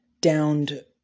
downed